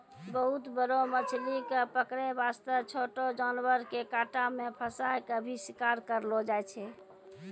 बहुत बड़ो मछली कॅ पकड़ै वास्तॅ छोटो जानवर के कांटा मॅ फंसाय क भी शिकार करलो जाय छै